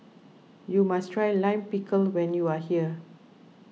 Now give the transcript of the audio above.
you must try Lime Pickle when you are here